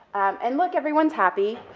and look, everyone's happy,